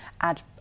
add